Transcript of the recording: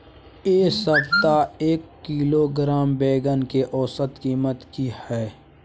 ऐ सप्ताह एक किलोग्राम बैंगन के औसत कीमत कि हय?